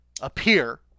appear